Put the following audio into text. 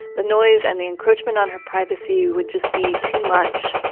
the noise and the encroachment on her privacy would just be too much.